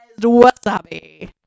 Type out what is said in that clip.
wasabi